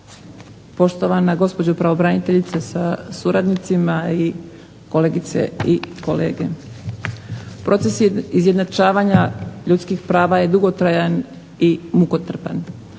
Poštovana gospođo pravobraniteljice sa suradnicima, kolegice i kolege. Proces izjednačavanja ljudskih prava je dugotrajan i mukotrpan,